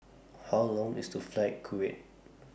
How Long IS The Flight Kuwait